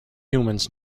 humans